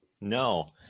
No